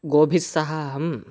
गोभिस्सह अहं